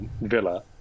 Villa